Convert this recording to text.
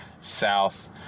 south